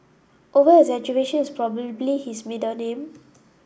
over exaggeration is probably his middle name